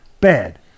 Bad